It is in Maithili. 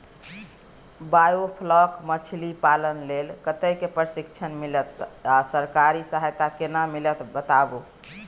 बायोफ्लॉक मछलीपालन लेल कतय स प्रशिक्षण मिलत आ सरकारी सहायता केना मिलत बताबू?